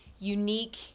Unique